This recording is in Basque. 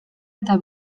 eta